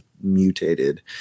mutated